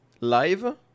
live